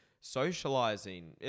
socializing